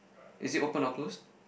is it open or close